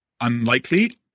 unlikely